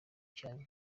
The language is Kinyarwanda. cyanyu